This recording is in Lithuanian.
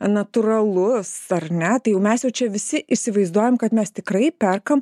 natūralus ar ne tai jau mes jau čia visi įsivaizduojam kad mes tikrai perkam